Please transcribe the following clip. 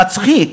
המצחיק,